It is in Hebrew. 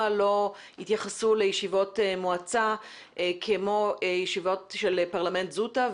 לא התייחסו לישיבות מועצה כמו ישיבות של פרלמנט זוטא,